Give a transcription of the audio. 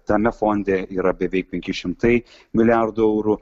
tame fonde yra beveik penki šimtai milijardų eurų